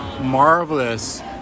marvelous